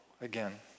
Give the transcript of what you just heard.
again